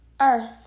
earth